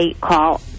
call